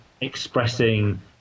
expressing